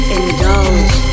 indulge